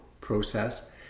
process